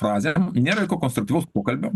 frazėm nėra konstruktyvaus pokalbio